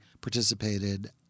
participated